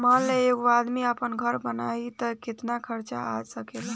मान ल एगो आदमी आपन घर बनाइ त केतना खर्च आ सकेला